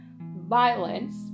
violence